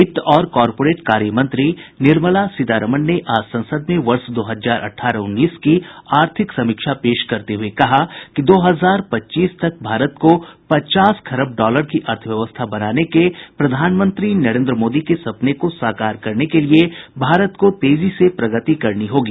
वित्त और कॉरपोरेट कार्यमंत्री निर्मला सीतारमन ने आज संसद में वर्ष दो हजार अठारह उन्नीस की आर्थिक समीक्षा पेश करते हुए कहा कि दो हजार पच्चीस तक भारत को पचास खरब डॉलर की अर्थव्यवस्था बनाने के प्रधानमंत्री नरेन्द्र मोदी के सपने को साकार करने के लिए भारत को तेजी से प्रगति करनी होगी